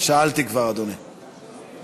תוצאת ההצבעה היא: